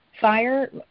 fire